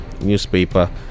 newspaper